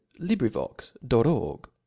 LibriVox.org